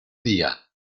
día